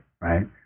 right